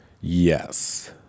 Yes